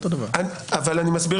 שוב אני מסביר